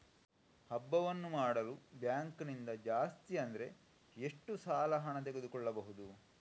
ಹಬ್ಬವನ್ನು ಮಾಡಲು ಬ್ಯಾಂಕ್ ನಿಂದ ಜಾಸ್ತಿ ಅಂದ್ರೆ ಎಷ್ಟು ಸಾಲ ಹಣ ತೆಗೆದುಕೊಳ್ಳಬಹುದು?